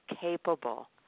capable